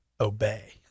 obey